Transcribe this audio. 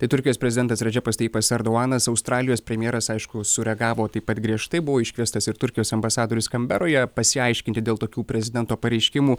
tai turkijos prezidentas redžepas tajipas erdohanas australijos premjeras aišku sureagavo taip pat griežtai buvo iškviestas ir turkijos ambasadorius kanberoje pasiaiškinti dėl tokių prezidento pareiškimų